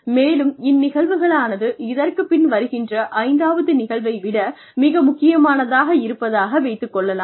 மேலும் இந்நிகழ்வானது இதற்குப் பின் வருகின்ற ஐந்தாவது நிகழ்வை விட மிக முக்கியமானதாக இருப்பதாக வைத்துக் கொள்ளலாம்